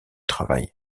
travail